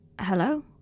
Hello